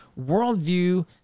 worldview